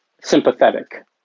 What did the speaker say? sympathetic